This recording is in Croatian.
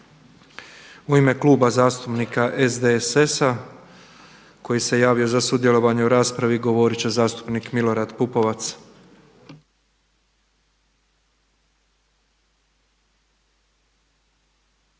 U ime Kluba zastupnika SDSS-a koji se javio za sudjelovanje u raspravi govorit će zastupnik Milorad Pupovac.